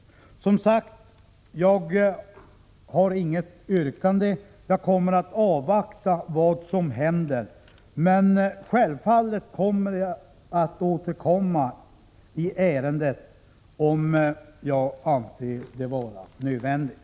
Jag har inget yrkande, men jag kommer att avvakta vad som händer. Självfallet återkommer jag i ärendet, om jag anser det vara nödvändigt.